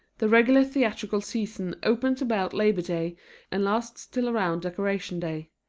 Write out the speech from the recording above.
the regular theatrical season opens about labor day and lasts till around decoration day.